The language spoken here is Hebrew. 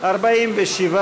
בממשלה לא נתקבלה.